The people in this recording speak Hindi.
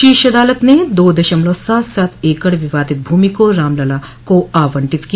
शीर्ष अदालत ने दो दशमलव सात सात एकड़ विवादित भूमि रामलला को आवंटित की